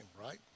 right